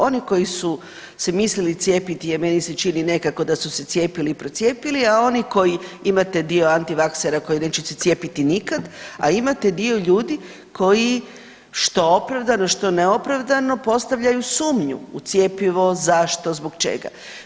Oni koji su se mislili cijepiti je, meni se čini, nekako da su se cijepili i procijepili, a oni koji, imate dio antivaksera koji neće se cijepiti nikad, a imate dio ljudi koji, što opravdano, što neopravdano postavljaju sumnju u cjepivo, zašto, zbog čega.